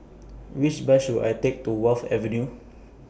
Which Bus should I Take to Wharf Avenue